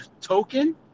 token